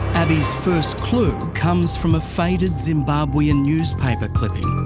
abii's first clue comes from a faded zimbabwean newspaper clipping.